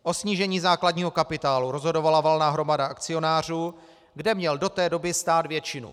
O snížení základního kapitálu rozhodovala valná hromada akcionářů, kde měl do té doby stát většinu.